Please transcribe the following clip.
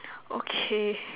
okay